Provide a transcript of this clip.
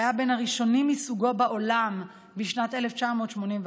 שהיה בין הראשונים מסוגו בעולם בשנת 1981,